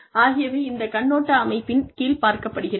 ஆகியவை இந்த கண்ணோட்ட அமைப்பின் கீழ் பார்க்கப்படுகிறது